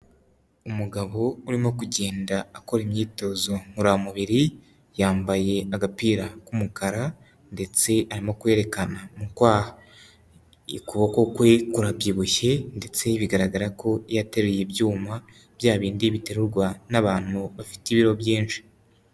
Umugabo urimo kugenda akora imyitozo ngororamubiri, yambaye agapira k'umukara ndetse arimo kwerekana mu kwaha. Ukuboko kwe kurabyibushye ndetse bigaragara ko yateruye ibyuma, bya bindi biterurwa n'abantu bafite ibiro byinshi.